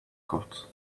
court